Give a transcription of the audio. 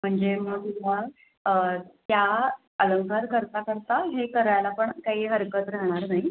म्हणजे मग तुला त्या अलंकार करता करता हे करायला पण काही हरकत राहणार नाही